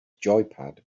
joypad